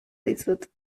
dizut